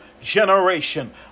generation